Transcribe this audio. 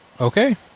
Okay